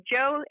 Joe